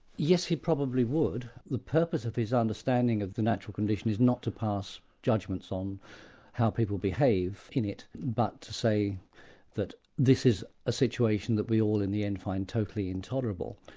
yes, he probably would. the purpose of his understanding of the natural condition is not to pass judgments on how people behave in it, but to say that this is a situation that we all in the end find totally intolerable,